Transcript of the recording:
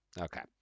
Okay